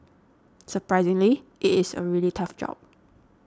surprisingly it is a really tough job